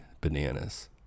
bananas